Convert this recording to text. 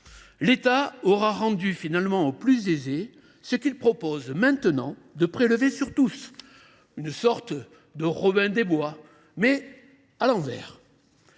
l’État aura rendu aux plus aisés ce qu’il propose maintenant de prélever sur tous : une sorte de « Robin des bois », mais à l’envers